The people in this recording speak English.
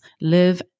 live